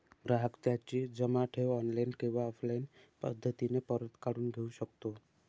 ग्राहक त्याची जमा ठेव ऑनलाईन किंवा ऑफलाईन पद्धतीने परत काढून घेऊ शकतो